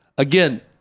Again